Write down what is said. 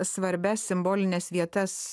svarbias simbolines vietas